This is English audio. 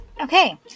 Okay